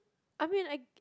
I mean like